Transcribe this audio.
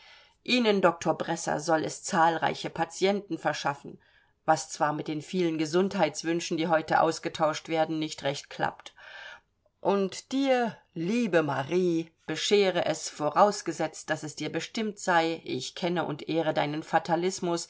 ihnen doktor bresser soll es zahlreiche patienten verschaffen was zwar mit den vielen gesundheitswünschen die heute ausgetauscht werden nicht recht klappt und dir liebe marie bescheere es vorausgesetzt daß es dir bestimmt sei ich kenne und ehre deinen